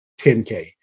10K